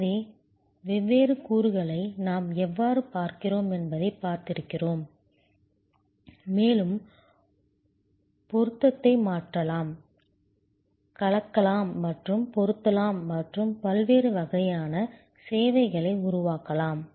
எனவே வெவ்வேறு கூறுகளை நாம் எவ்வாறு பார்க்கிறோம் என்பதைப் பார்க்கிறோம் மேலும் பொருத்தத்தை மாற்றலாம் கலக்கலாம் மற்றும் பொருத்தலாம் மற்றும் பல்வேறு வகையான சேவைகளை உருவாக்கலாம்